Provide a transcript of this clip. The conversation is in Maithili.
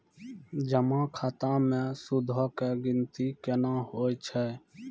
जमा खाता मे सूदो के गिनती केना होय छै?